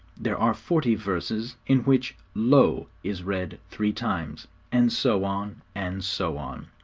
there are forty verses in which lo is read three times and so on, and so on.